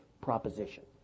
proposition